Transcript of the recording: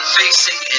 facing